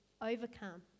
overcome